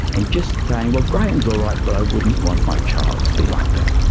and just saying, well, graeme is all right but i wouldn't want my child to be like that.